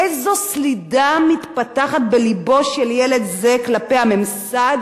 איזו סלידה מתפתחת בלבו של ילד זה כלפי הממסד